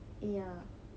ya